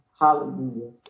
Hallelujah